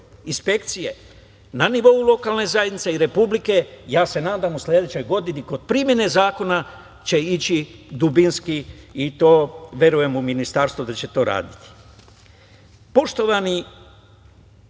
inspekcije na nivou lokalne zajednice i Republike, ja se nadam, u sledećoj godini, kod primene zakona će ići dubinski i verujem u Ministarstvo da će to raditi. Poštovani